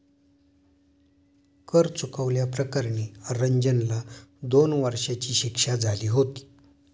कर चुकवल्या प्रकरणी रंजनला दोन वर्षांची शिक्षा झाली होती